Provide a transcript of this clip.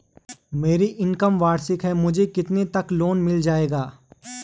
मेरी इनकम वार्षिक है मुझे कितने तक लोन मिल जाएगा?